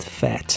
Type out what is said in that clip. Fat